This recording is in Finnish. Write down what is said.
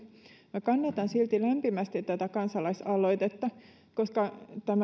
minä kannatan silti lämpimästi tätä kansalaisaloitetta koska